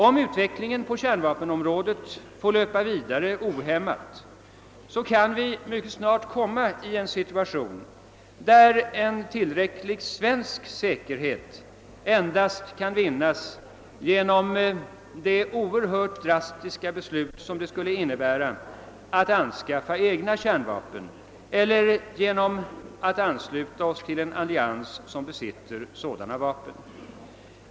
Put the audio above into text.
Om utvecklingen på kärnvapenområdet får löpa vidare ohämmat kan vi mycket snart komma i en situation, där en tillräcklig svensk säkerhet endast kan vinnas ge nom det oerhört drastiska beslut som ett anskaffande av egna kärnvapen skulle innebära eller genom vår anslutning till en allians som besitter sådana vapen.